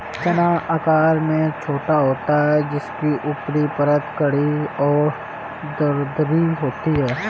चना आकार में छोटा होता है जिसकी ऊपरी परत कड़ी और दरदरी होती है